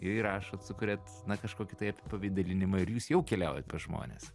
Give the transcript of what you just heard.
įrašot sukuriat na kažkokį tai apipavidalinimą ir jūs jau keliaujat pas žmones